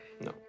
no